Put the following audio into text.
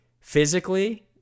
physically